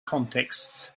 contexts